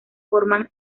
forman